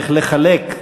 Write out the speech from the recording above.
איך לחלק.